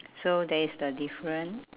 so there is the difference